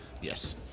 Yes